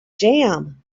jam